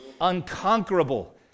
Unconquerable